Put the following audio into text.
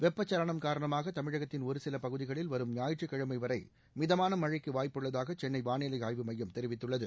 வெட்பச்சலனம் காரணமாக தமிழகத்தின் ஒருசில பகுதிகளில் வரும் ஞாயிற்றுக்கிழமை வரை மிதமான மழைக்கு வாய்ப்புள்ளதாக சென்னை வானிலை ஆய்வு மையம் தெரிவித்துள்ளது